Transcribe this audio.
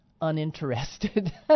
uninterested